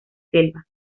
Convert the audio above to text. selva